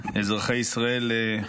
אזרחי ישראל,